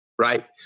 Right